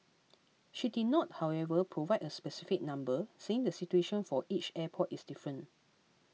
she did not however provide a specific number saying the situation for each airport is different